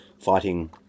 fighting